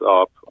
up